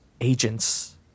agents